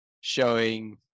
showing